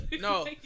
No